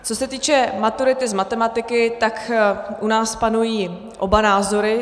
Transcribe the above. Co se týče maturity z matematiky, tak u nás panují oba názory.